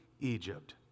Egypt